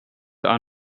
are